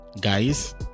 guys